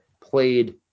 played